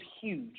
huge